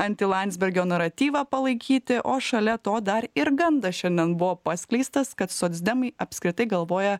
anti landsbergio naratyvą palaikyti o šalia to dar ir gandas šiandien buvo paskleistas kad socdemai apskritai galvoja